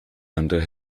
under